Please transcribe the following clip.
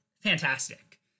fantastic